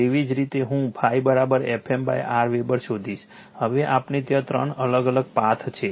તેવી જ રીતે હું ∅ F m R વેબર શોધીશ હવે આપણે ત્યાં ત્રણ અલગ અલગ પાથ છે